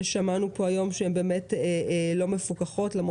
ששמענו פה היום שהן באמת לא מפוקחות כמו